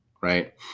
right